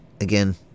again